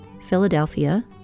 Philadelphia